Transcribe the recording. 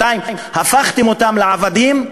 מתי הפכתם אותם לעבדים,